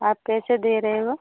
आप कैसे दे रहे हो